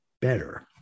better